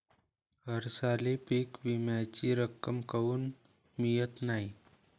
हरसाली पीक विम्याची रक्कम काऊन मियत नाई?